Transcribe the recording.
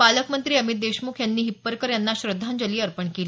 पालकमंत्री अमित देशमुख यांनी हिप्परकर यांना श्रद्धांजली अर्पण केली